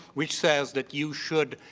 which says that you should,